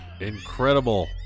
incredible